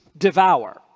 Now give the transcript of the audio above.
devour